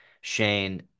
Shane